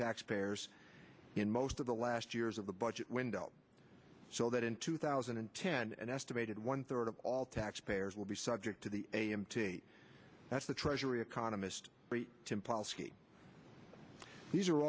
tax pairs in most of the last years of the budget window so that in two thousand and ten an estimated one third of all taxpayers will be subject to the a m t that's the treasury economist t